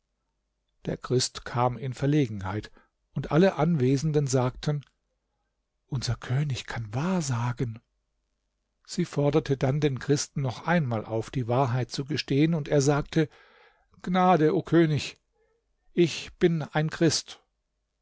der christ kam in verlegenheit und alle anwesenden sagten unser könig kann wahrsagen sie forderte dann den christen noch einmal auf die wahrheit zu gestehen und er sagte gnade o könig ich bin ein christ